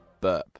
Burp